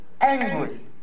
angry